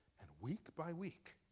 and week by week,